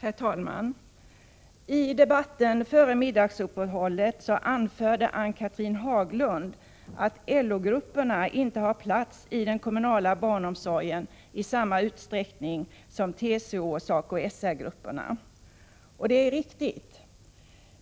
Herr talman! I debatten före middagsuppehållet anförde Ann-Cathrine Haglund att LO-gruppernas barn inte har plats i den kommunala barnomsorgen i samma utsträckning som TCO och SACO/SR-gruppernas barn. Det är riktigt.